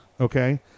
Okay